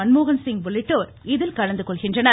மன்மோகன்சிங் உள்ளிட்டோர் இதில் கலந்துகொள்கின்றனர்